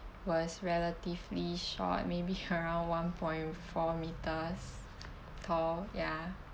was relatively short maybe around one point four metres tall ya